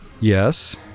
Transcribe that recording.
yes